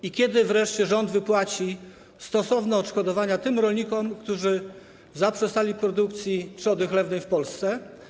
I kiedy wreszcie rząd wypłaci stosowne odszkodowania tym rolnikom, którzy zaprzestali produkcji trzody chlewnej w Polsce?